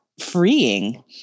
Freeing